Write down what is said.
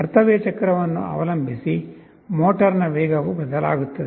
ಕರ್ತವ್ಯ ಚಕ್ರವನ್ನು ಅವಲಂಬಿಸಿ ಮೋಟರ್ನ ವೇಗವು ಬದಲಾಗುತ್ತದೆ